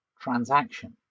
transaction